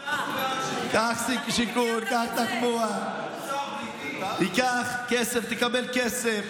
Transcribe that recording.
קח שיכון, קח תחבורה, תיקח כסף, תקבל כסף.